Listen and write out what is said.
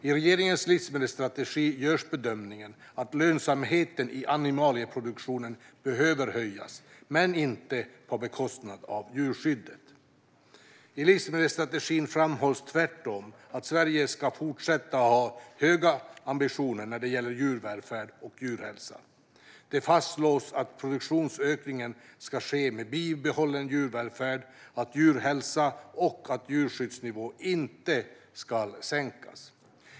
I regeringens livsmedelsstrategi görs bedömningen att lönsamheten i animalieproduktionen behöver höjas, men inte på bekostnad av djurskyddet. I livsmedelsstrategin framhålls tvärtom att Sverige ska fortsätta ha höga ambitioner när det gäller djurvälfärd och djurhälsa. Det fastslås att produktionsökningen ska ske med bibehållen djurvälfärd och djurhälsa och att djurskyddsnivån inte ska sänkas.